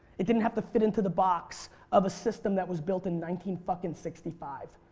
it didn't have to fit into the box of a system that was built in nineteen fucking sixty five.